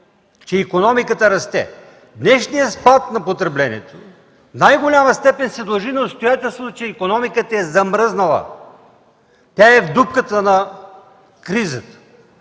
че икономиката расте. Днешният спад на потреблението в най-голяма степен се дължи на обстоятелството, че икономиката е замръзнала, тя е в дупката на кризата.